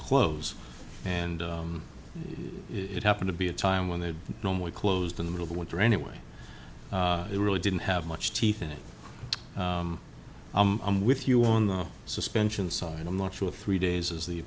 close and it happened to be a time when they normally closed in the middle of winter anyway it really didn't have much teeth in it i'm with you on the suspension side i'm not sure if three days is the